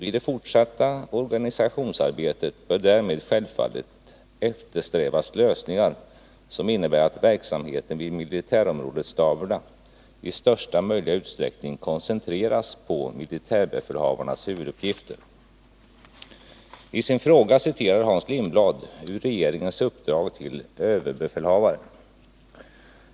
I det fortsatta organisationsarbetet bör därmed självfallet eftersträvas lösningar som innebär att verksamheten vid militärområdesstaberna i största möjliga utsträckning koncentreras på militärbefälhavarnas huvuduppgifter. I sin fråga citerar Hans Lindblad ur regeringens uppdrag till överbefälhavaren.